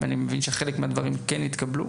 אני מבין שחלק מהדברים התקבלו,